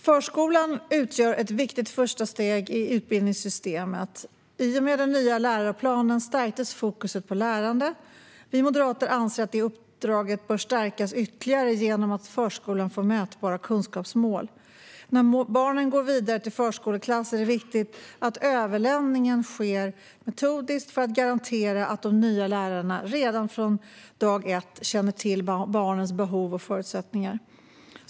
Förskolan utgör ett viktigt första steg i utbildningssystemet. I och med den nya läroplanen stärktes fokuset på lärande. Vi moderater anser att det uppdraget bör stärkas ytterligare genom att förskolan får mätbara kunskapsmål. När barnen går vidare till förskoleklass är det viktigt att överlämningen sker metodiskt för att garantera att de nya lärarna redan från dag ett känner till barnens behov och förutsättningar.